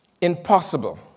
impossible